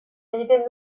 egiten